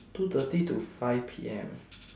two thirty to five P_M